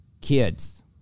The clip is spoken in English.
kids